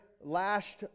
lashed